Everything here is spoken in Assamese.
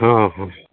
অঁ অঁ